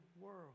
world